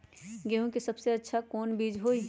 गेंहू के सबसे अच्छा कौन बीज होई?